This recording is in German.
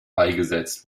beigesetzt